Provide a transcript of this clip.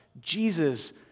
Jesus